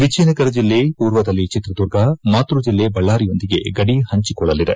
ವಿಜಯನಗರ ಜಿಲ್ಲೆ ಪೂರ್ವದಲ್ಲಿ ಚಿತ್ರದುರ್ಗ ಮಾತ್ಯ ಜಿಲ್ಲೆ ಬಳ್ಳಾರಿಯೊಂದಿಗೆ ಗಡಿ ಪಂಚಿಕೊಳ್ಳಲಿದೆ